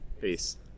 Peace